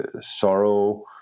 Sorrow